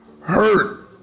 hurt